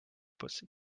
pussy